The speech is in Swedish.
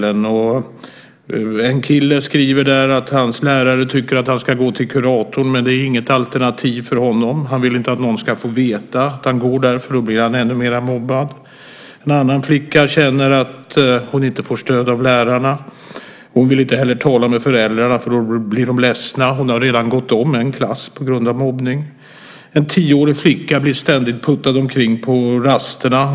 En kille skriver att hans lärare tycker att han ska gå till kuratorn, men det är inget alternativ för honom. Han vill inte att någon ska veta att han går där, för då blir han ännu mer mobbad. En flicka känner att hon inte får stöd av lärarna. Hon vill inte heller tala med föräldrarna, för då blir de ledsna. Hon har redan gått om en klass på grund av mobbning. En tioårig flicka blir ständigt puttad omkring på rasterna.